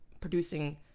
producing